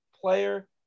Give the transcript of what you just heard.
player